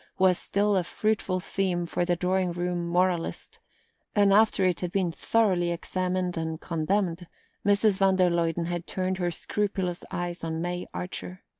was still a fruitful theme for the drawing-room moralist and after it had been thoroughly examined and condemned mrs. van der luyden had turned her scrupulous eyes on may archer.